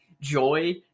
Joy